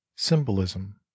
Symbolism